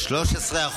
אין להם מושג